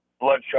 bloodshot